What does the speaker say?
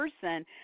person